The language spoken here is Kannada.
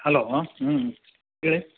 ಹಲೋ ಹೇಳಿ